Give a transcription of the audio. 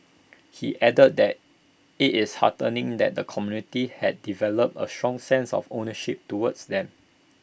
he added that IT is heartening that the community has developed A strong sense of ownership towards them